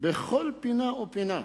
בכל פינה ופינה.